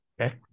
Okay